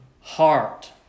heart